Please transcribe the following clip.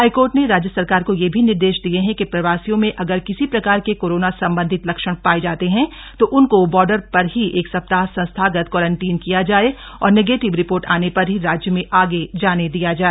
high court ने राज्य सरकार को यह भी निर्देश दिए है कि प्रवासियों में अगर किसी प्रकार के कोरोना संबंधी लक्षण पाए जाते हैं तो उनको बॉर्डर पर ही एक सप्ताह संस्थागत क्वारंटीन किया जाए और नेगेटिव रिपोर्ट आने पर ही राज्य में आगे जाने दिया जाए